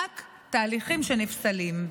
רק תהליכים שנפסלים.